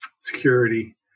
security